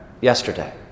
yesterday